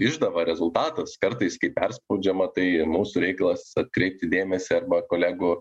išdava rezultatas kartais kai perspaudžiama tai mūsų reikalas atkreipti dėmesį arba kolegų